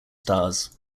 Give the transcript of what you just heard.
stars